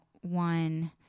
one